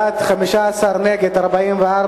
בעד, 15, נגד, 44,